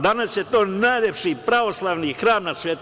Danas je to najlepši pravoslavni hram na svetu.